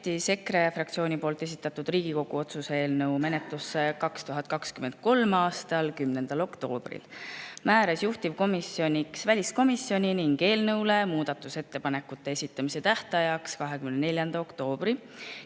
EKRE fraktsiooni esitatud Riigikogu otsuse eelnõu menetlusse 2023. aastal 10. oktoobril, määras juhtivkomisjoniks väliskomisjoni ning eelnõu muudatusettepanekute esitamise tähtajaks 24. oktoobri